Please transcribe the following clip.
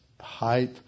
height